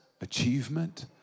achievement